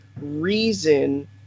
reason